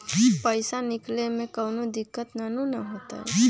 पईसा निकले में कउनो दिक़्क़त नानू न होताई?